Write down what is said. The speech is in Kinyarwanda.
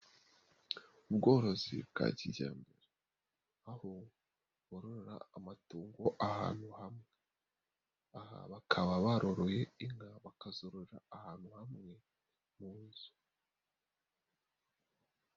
Ubworozi bwa kijyambere, aho burorera amatungo ahantu hamwe aha bakaba baroroye inka bakazororera ahantu hamwe mu nzu.